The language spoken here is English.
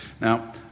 Now